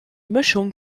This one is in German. mischung